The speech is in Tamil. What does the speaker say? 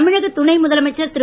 தமிழக துணை முதலமைச்சர் திரு